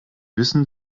wissen